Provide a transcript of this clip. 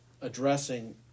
addressing